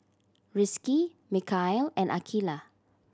Rizqi Mikhail and Aqeelah